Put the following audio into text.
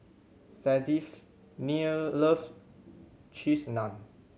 Sadies near loves Cheese Naan